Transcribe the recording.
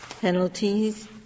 penalties